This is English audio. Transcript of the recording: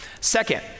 Second